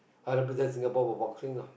I represent Singapore for boxing lah